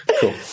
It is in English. Cool